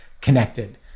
connected